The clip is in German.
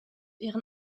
ihren